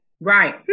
Right